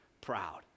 proud